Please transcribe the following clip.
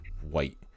white